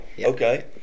Okay